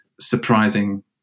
surprising